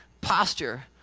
posture